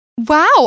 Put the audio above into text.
Wow